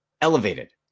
elevated